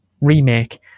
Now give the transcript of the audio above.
Remake